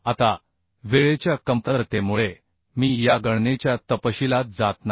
आता वेळेच्या कमतरतेमुळे मी या गणनेच्या तपशीलात जात नाही